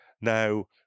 Now